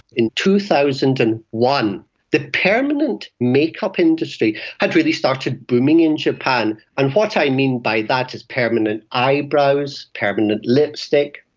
in two thousand and one the permanent makeup industry had really started booming in japan, and what i mean by that is permanent eyebrows, permanent lipstick.